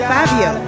Fabio